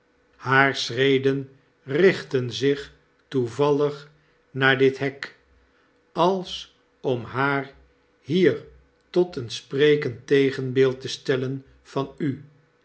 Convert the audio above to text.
hare schreden richten zich toevallig naar dit hek als om haar hier tot een sprekend tegenbeeld te stellen van u